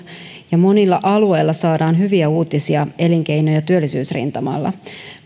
ja monilla alueilla saadaan hyviä uutisia elinkeino ja työllisyysrintamalta